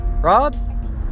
Rob